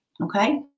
Okay